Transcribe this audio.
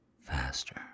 Faster